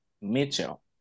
Mitchell